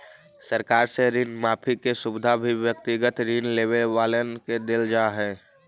सरकार से ऋण माफी के सुविधा भी व्यक्तिगत ऋण लेवे वालन के देल जा हई